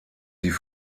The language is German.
sie